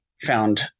found